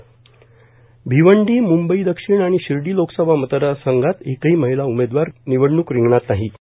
र्भिवंडी मुंबई दक्षिण आर्गण शिर्डा लोकसभा मतदारसंघात एकहो माहला उमेदवार र्णनवडणूक रांगणात नाहीं